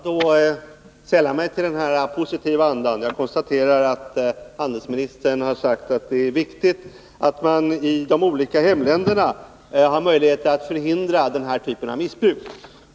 Herr talman! Jag vill ansluta mig till den positiva andan. Jag konstaterar att handelsministern har sagt att det är viktigt att man i de olika hemländerna har möjlighet att förhindra missbruk av karteller.